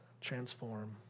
transform